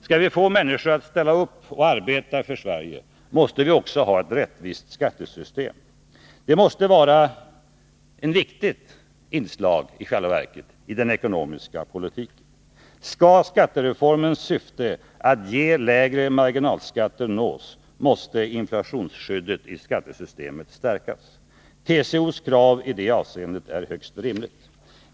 Skall vi få människor att ställa upp och arbeta för Sverige måste vi också ha ett rättvist skattesystem. Detta måste i själva verket vara ett viktigt inslag i den ekonomiska politiken. Skall skattereformens syfte att ge lägre marginalskatter nås, måste inflationsskyddet i skattesystemet stärkas. TCO:s krav i det avseendet är högst rimligt.